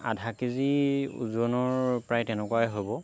আধা কেজি ওজনৰ প্ৰায় তেনেকুৱাই হ'ব